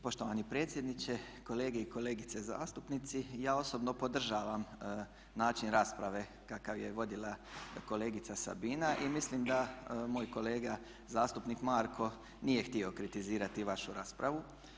Poštovani predsjedniče, kolege i kolegice zastupnici ja osobno podržavam način rasprave kakav je vodila kolegica Sabina i mislim da moj kolega zastupnik Marko nije htio kritizirati vašu raspravu.